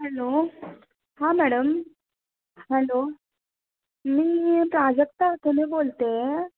hello हां madam hello मी प्राजक्ता अकोले बोलते आहे